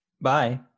Bye